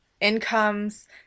incomes